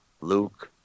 Luke